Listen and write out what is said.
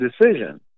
decision